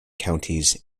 counties